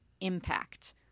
impact